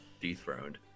Dethroned